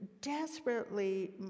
desperately